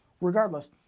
regardless